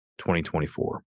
2024